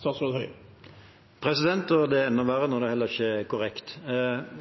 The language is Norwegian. Det er enda verre når det heller ikke er korrekt.